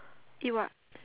eat what